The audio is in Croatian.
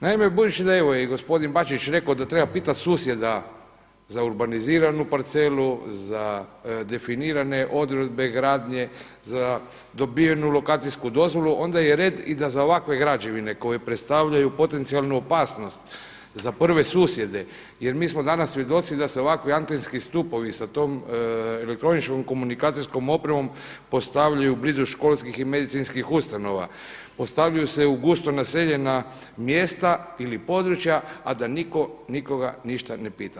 Naime, budući da je evo i gospodin Bačić rekao da treba pitati susjeda za urbaniziranu parcelu, za definirane odredbe gradnje, za dobivenu lokacijsku dozvolu onda je red da i za ovakve građevine koje predstavljaju potencijalnu opasnost za prve susjede, jer mi smo danas svjedoci da se ovakvi antenski stupovi sa tom elektroničkom komunikacijskom opremom postavljaju blizu školskih i medicinskih ustanova, postavljaju se u gusto naseljena mjesta ili područja a da nitko nikoga ništa ne pita.